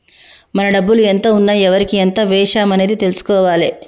మన డబ్బులు ఎంత ఉన్నాయి ఎవరికి ఎంత వేశాము అనేది తెలుసుకోవాలే